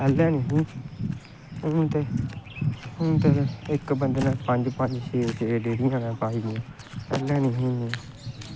पैह्लैं नेईं हा हून ते इक बंदे ने पंज पंज छे छे डेरियां पाई दियां पैह्लें नेईं हियां इन्नियां